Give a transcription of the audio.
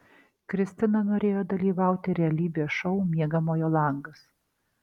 kristina norėjo dalyvauti realybės šou miegamojo langas